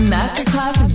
Masterclass